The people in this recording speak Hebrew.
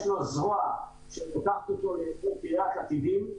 יש לו זרוע שלוקחת אותו לתוך קרית עתידים.